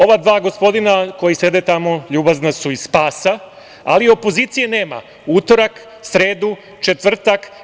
Ova dva gospodina koja sede tamo, ljubazna su, iz SPAS-a, ali opozicije nema utorak, sredu, četvrtak.